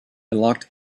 locked